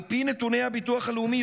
על פי נתוני הביטוח הלאומי,